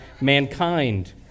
mankind